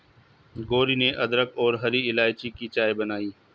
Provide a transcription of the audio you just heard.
गौरी ने अदरक और हरी इलायची की चाय बनाई